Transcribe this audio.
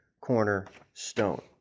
cornerstone